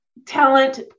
talent